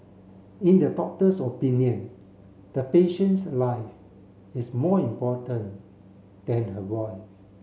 in the doctor's opinion the patient's life is more important than her voice